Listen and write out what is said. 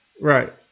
Right